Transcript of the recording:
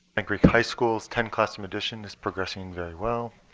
and creek high school's ten classroom addition is progressing very well.